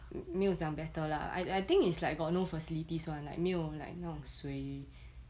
没有讲 better lah I think is like got no facility [one] like 没有 like 那种水